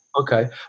Okay